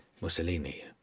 Mussolini